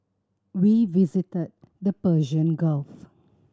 we visited the Persian Gulf